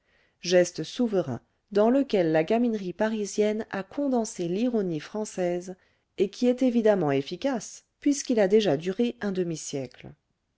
geste souverain dans lequel la gaminerie parisienne a condensé l'ironie française et qui est évidemment efficace puisqu'il a déjà duré un demi-siècle